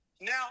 Now